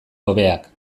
hobeak